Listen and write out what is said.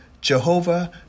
Jehovah